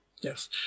yes